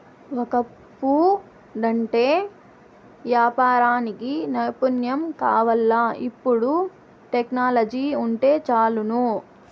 ఒకప్పుడంటే యాపారానికి నైపుణ్యం కావాల్ల, ఇపుడు టెక్నాలజీ వుంటే చాలును